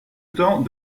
temps